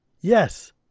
yes